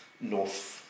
North